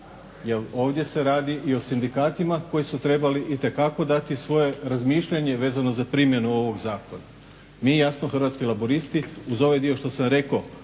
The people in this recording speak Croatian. ovdje se radi i o sindikatima koji su trebali itekako dati svoje razmišljanje vezano za primjenu ovog zakona. Mi Hrvatski laburisti uz ovaj dio što sam rekao